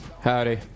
Howdy